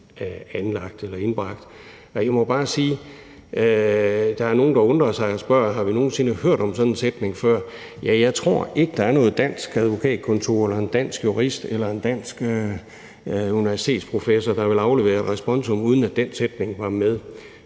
eller indbragt. Der er nogen, der undrer sig og spørger, om vi nogen sinde har hørt om sådan en sætning før, og jeg må bare sige, at ja, jeg tror ikke, der er noget dansk advokatkontor, nogen dansk jurist eller nogen dansk universitetsprofessor, der vil aflevere et responsum, uden at den sætning er med,